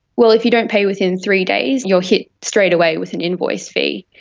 well, if you don't pay within three days you are hit straightaway with an invoice fee.